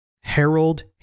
Harold